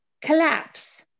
collapse